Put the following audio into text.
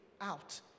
out